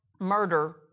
murder